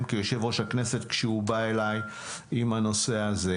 כיושב-ראש הכנסת כשהוא בא אליי עם הנושא הזה: